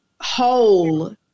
whole